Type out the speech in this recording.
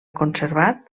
conservat